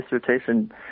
dissertation